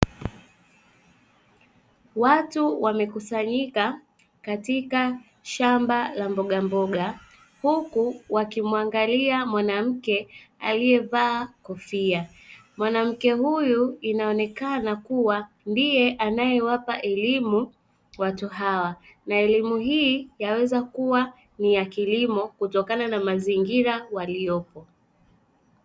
Watu wamekusanyika katika shamba la mbogamboga huku wakimwangalia mwanamke aliyevaa kofia mwanamke huyu inaonekana kuwa ndiye anayewapa elimu watu hawa na elimu hii yaweza kuwa ni ya kilimo kutokana na mazingira waliyopo.